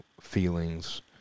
feelings